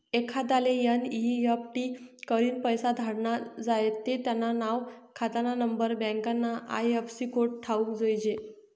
एखांदाले एन.ई.एफ.टी करीन पैसा धाडना झायेत ते त्यानं नाव, खातानानंबर, बँकना आय.एफ.सी कोड ठावूक जोयजे